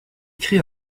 crée